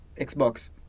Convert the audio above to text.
Xbox